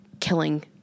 Killing